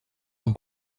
amb